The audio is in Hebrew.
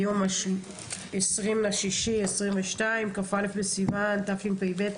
היום ה-20/06/2022, כ"א בסיוון תשפ"ב.